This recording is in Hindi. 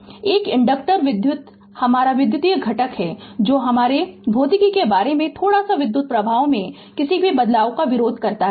Refer Slide Time 0813 एक इनडकटर विद्युत हमारा विद्युत घटक है जो हमारे संदर्भ समय 0825 भौतिकी के बारे में थोड़ा सा विद्युत प्रवाह में किसी भी बदलाव का विरोध करता है